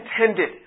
intended